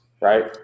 Right